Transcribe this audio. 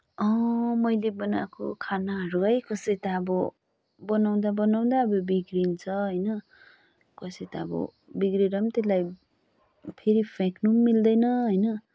मैले बनाएको खानाहरू है कसै त अब बनाउँदा बनाउँदा अब बिग्रिन्छ होइन कसै त अब बिग्रेर पनि त्यसलाई फेरि फ्याँक्नु पनि मिल्दैन होइन